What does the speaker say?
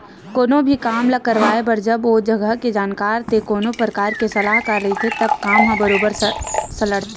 कोनो भी काम ल करवाए बर जब ओ जघा के जानकार ते कोनो परकार के सलाहकार रहिथे तब काम ह बरोबर सलटथे